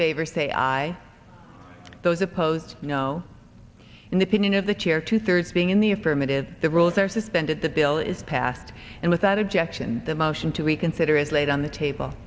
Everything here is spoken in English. favor say aye those opposed you know in the opinion of the chair two thirds being in the affirmative the rules are suspended the bill is passed and without objection the motion to reconsider is laid on the table